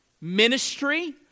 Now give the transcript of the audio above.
ministry